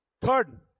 Third